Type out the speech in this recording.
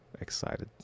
excited